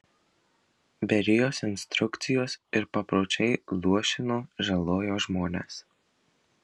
berijos instrukcijos ir papročiai luošino žalojo žmones